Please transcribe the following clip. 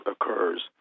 occurs